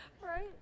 Right